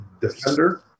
defender